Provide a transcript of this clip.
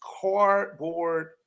cardboard